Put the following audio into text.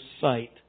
sight